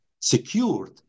secured